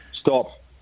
stop